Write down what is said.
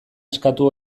eskatu